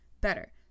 better